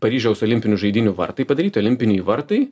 paryžiaus olimpinių žaidynių vartai padaryti olimpiniai vartai